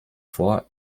vor